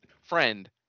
Friend